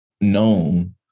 known